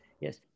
yes